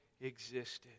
existed